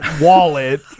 wallet